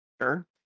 sure